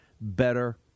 better